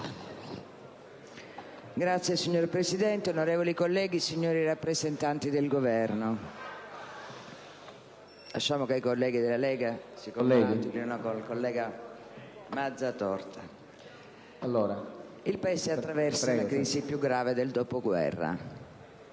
*(PD)*. Signor Presidente, onorevoli colleghi, signori rappresentanti del Governo, il Paese attraversa la crisi più grave del dopoguerra;